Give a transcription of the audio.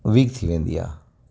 weak थी वेंदी आहे